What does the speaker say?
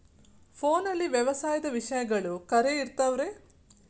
ಫೋನಲ್ಲಿ ವ್ಯವಸಾಯದ ವಿಷಯಗಳು ಖರೇ ಇರತಾವ್ ರೇ?